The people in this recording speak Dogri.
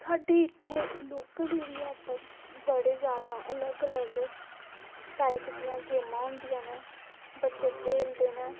साड्डे इत्थै लोकल एरिया उप्पर बड़े ज्यादा अलग अलग टाइप दियां गेमां होंदियां न बच्चे खेलदे न